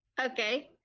Okay